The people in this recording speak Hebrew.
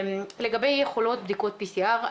לגבי יכולות בדיקות PCR,